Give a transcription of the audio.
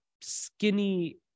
skinny